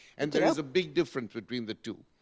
and there is a big difference between the two.